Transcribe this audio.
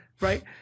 right